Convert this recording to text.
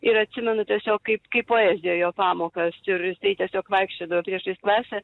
ir atsimenu tiesiog kaip kaip poeziją jo pamokas ir jisai tiesiog vaikščiodavo priešais klasę